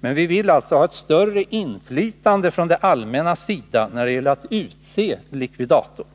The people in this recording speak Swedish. Men vi vill alltså ha ett större inflytande från det allmännas sida när det gäller att utse likvidator.